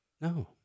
No